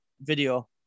video